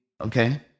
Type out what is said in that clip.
okay